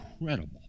incredible